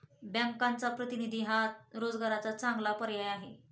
बँकचा प्रतिनिधी हा रोजगाराचा चांगला पर्याय आहे